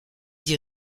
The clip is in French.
d’y